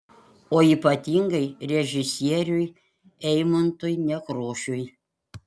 o ypatingai režisieriui eimuntui nekrošiui